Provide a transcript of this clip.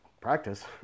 practice